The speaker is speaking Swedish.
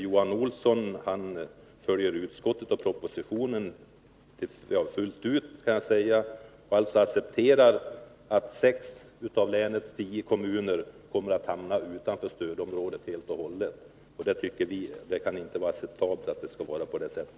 Johan Olsson följer ju utskottet och propositionen fullt ut och accepterar därmed att sex av länets tio kommuner helt och hållet kommer att hamna utanför stödområdet. För vår del tycker vi inte att detta är acceptabelt.